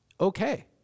Okay